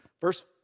first